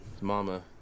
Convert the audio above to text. Mama